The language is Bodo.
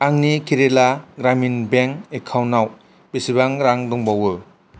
आंनि केराला ग्रामिन बेंक एकाउन्टाव बेसेबां रां दंबावो